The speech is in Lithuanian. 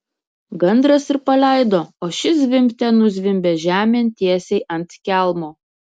gandras ir paleido o ši zvimbte nuzvimbė žemėn tiesiai ant kelmo